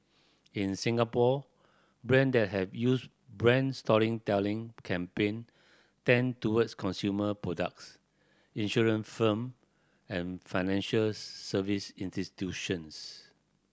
in Singapore brand that have used brand storytelling campaign tend towards consumer products insurance firm and financial service institutions